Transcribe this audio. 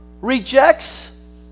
rejects